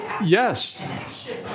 Yes